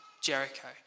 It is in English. Jericho